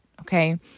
Okay